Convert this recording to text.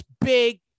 big